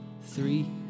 three